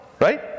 right